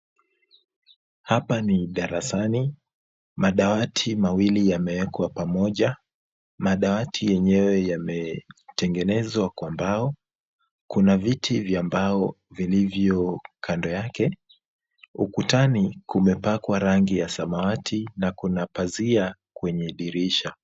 Hapa ni darasani. Madawati mawili yamewekwa pamoja. Madawati yenyewe yametengenezwa kwa mbao. Kuna viti vya mbao vilivyo kando yake. Ukutani kumepakwa rangi ya samawati na kuna pazia kwenye dirisha.